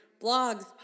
blogs